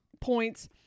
Points